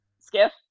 Skiff